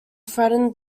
threatened